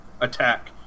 attack